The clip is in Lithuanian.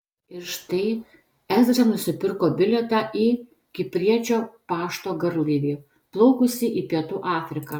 ir štai ezra nusipirko bilietą į kipriečio pašto garlaivį plaukusį į pietų afriką